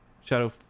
Shadow